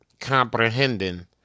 comprehending